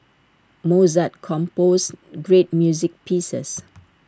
Mozart composed great music pieces